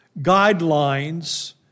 guidelines